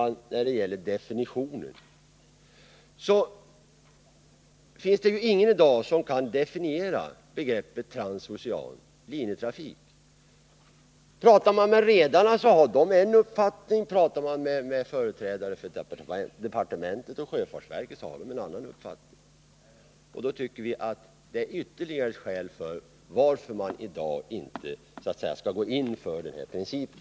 När det gäller definitionen, fru talman, finns det ingen i dag som kan definiera begreppet transocean linjetrafik. Talar man med redarna så har de en uppfattning. Talar man med företrädare för departementet och sjöfartsverket så har de en annan. Det tycker vi är ytterligare ett skäl för att inte i dag gå in för den föreslagna principen.